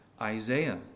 Isaiah